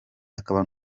akaba